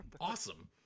awesome